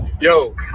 yo